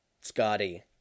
Scotty